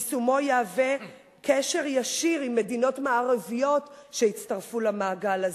יישומו יהווה קשר ישיר עם מדינות מערביות שהצטרפו למעגל הזה.